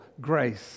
grace